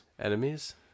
Enemies